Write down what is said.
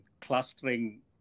clustering